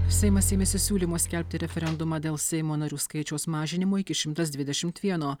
seimas ėmėsi siūlymo skelbti referendumą dėl seimo narių skaičiaus mažinimo iki šimtas dvidešimt vieno